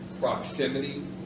Proximity